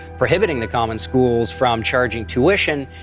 prohibiting the common schools from charging tuition,